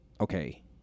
okay